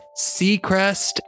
Seacrest